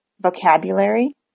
vocabulary